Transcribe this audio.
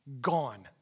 gone